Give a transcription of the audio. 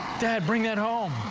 that bring it home.